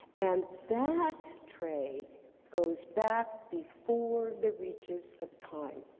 and that trade goes back before the reaches of time.